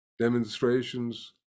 demonstrations